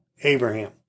Abraham